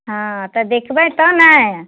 हँ तऽ देखबै तऽ नहि